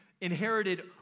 inherited